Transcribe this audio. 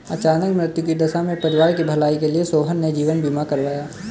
अचानक मृत्यु की दशा में परिवार की भलाई के लिए सोहन ने जीवन बीमा करवाया